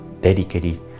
dedicated